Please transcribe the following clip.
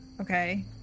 Okay